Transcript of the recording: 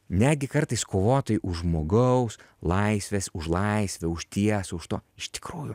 netgi kartais kovotojai už žmogaus laisvės už laisvę už tiesą už to iš tikrųjų